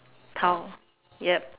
towel